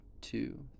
two